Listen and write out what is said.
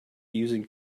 using